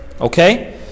okay